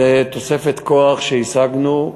זו תוספת כוח שהשגנו.